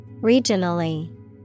Regionally